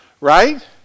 right